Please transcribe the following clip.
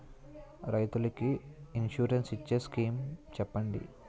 రైతులు కి ఇన్సురెన్స్ ఇచ్చే స్కీమ్స్ చెప్పండి?